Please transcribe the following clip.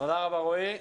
תודה רבה רועי.